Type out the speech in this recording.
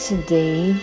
Today